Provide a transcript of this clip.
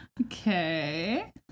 Okay